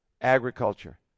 agriculture